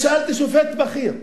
אני שאלתי שופט בכיר,